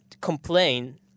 complain